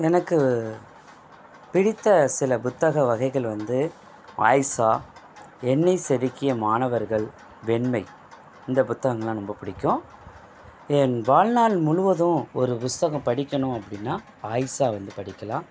எனக்குப் பிடித்த சில புத்தக வகைகள் வந்து ஆயிஷா என்னை செதுக்கிய மாணவர்கள் வெண்மை இந்தப் புத்தகங்கள்லாம் ரொம்பப் பிடிக்கும் என் வாழ்நாள் முழுவதும் ஒரு புத்தகம் படிக்கணும் அப்படின்னா ஆயிஷா வந்து படிக்கலாம்